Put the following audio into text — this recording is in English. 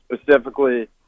specifically –